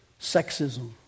sexism